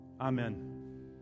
Amen